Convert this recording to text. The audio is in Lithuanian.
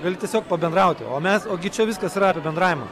gali tiesiog pabendrauti o mes ogi čia viskas yra apie bendravimą